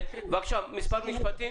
בבקשה, מספר משפטים.